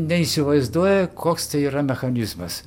neįsivaizduoja koks tai yra mechanizmas